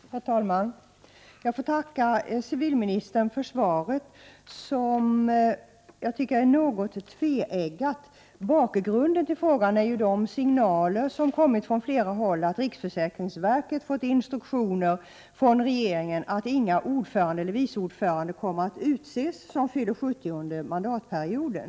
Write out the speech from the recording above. Herr talman! Jag får tacka civilministern för svaret, som jag tycker är något tveeggat. Bakgrunden till frågan är de signaler som kommit från flera håll om att riksförsäkringsverket fått instruktioner från regeringen om att det inte kommer att utses några ordförande eller vice ordförande som fyller 70 år under mandatperioden.